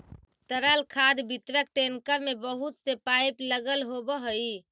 तरल खाद वितरक टेंकर में बहुत से पाइप लगल होवऽ हई